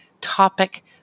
topic